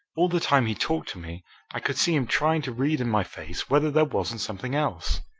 all the time he talked to me i could see him trying to read in my face whether there wasn't something else!